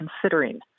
considering